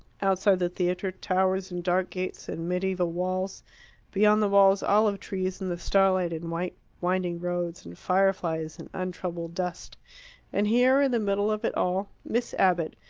outside the theatre, towers and dark gates and mediaeval walls beyond the walls olive-trees in the starlight and white winding roads and fireflies and untroubled dust and here in the middle of it all, miss abbott,